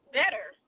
better